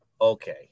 Okay